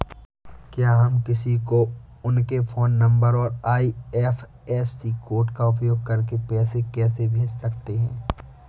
क्या हम किसी को उनके फोन नंबर और आई.एफ.एस.सी कोड का उपयोग करके पैसे कैसे भेज सकते हैं?